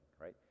Right